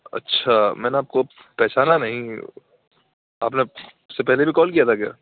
اچھا میں نے آپ کو پہچانا نہیں آپ نے اس سے پہلے بھی کال کیا تھا کیا